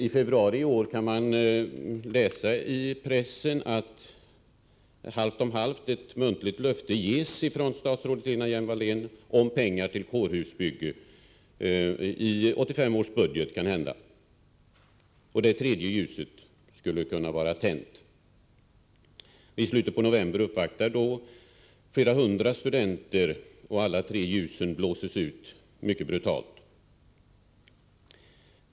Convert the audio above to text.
I februari i år kunde man läsa i pressen att statsrådet Lena Hjelm-Wallén halvt om halvt gav ett muntligt löfte om pengar till kårhusbygget, kanske i 1985 års budget. Det tredje ljuset kunde då tändas. I slutet av november uppvaktades regeringen av flera hundra studenter. Alla tre ljusen blåstes mycket brutalt ut.